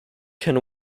can